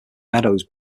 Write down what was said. meadows